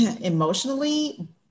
emotionally